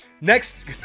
next